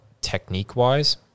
technique-wise